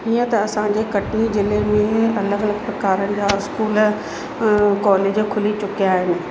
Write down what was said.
हीअं त असांजे कटनी ज़िले में अलॻि अलॻि प्रकारनि जा स्कूल कॉलेज खुली चुकिया आहिनि